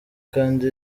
kandi